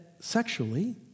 sexually